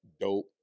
dope